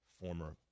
former